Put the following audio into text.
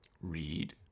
Read